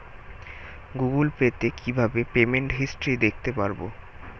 Google Pay তে কিভাবে payment history দেখতে পারবো?